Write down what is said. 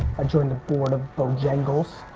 i joined the board of bojangles',